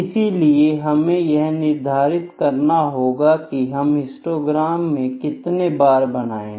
इसलिए हमें यह निर्धारित करना होगा कि हम हिस्टोग्राम में कितने बार बनाएं